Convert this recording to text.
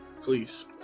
please